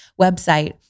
website